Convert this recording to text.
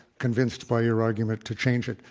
convinced by your argument, to change it.